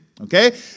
okay